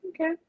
Okay